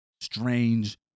strange